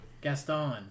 Gaston